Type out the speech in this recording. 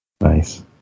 Nice